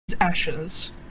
ashes